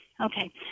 Okay